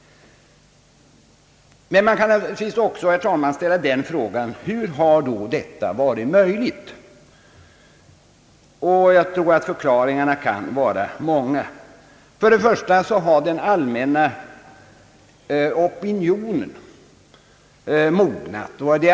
Man kan naturligtvis ställa frågan: Hur har då detta varit möjligt? Jag tror att förklaringarna kan vara många. För det första har den allmänna opinionen mognat.